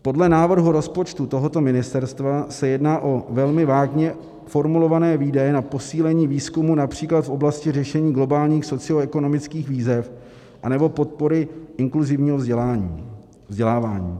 Podle návrhu rozpočtu tohoto ministerstva se jedná o velmi vágně formulované výdaje na posílení výzkumu například v oblasti řešení globálních socioekonomických výzev anebo podpory inkluzivního vzdělávání.